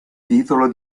titolo